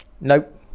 Nope